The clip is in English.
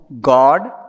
God